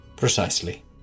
Precisely